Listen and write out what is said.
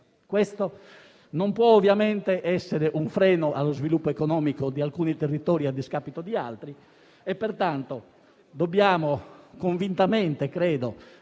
Ciò non può ovviamente essere un freno allo sviluppo economico di alcuni territori a discapito di altri e, pertanto, dobbiamo - in questo senso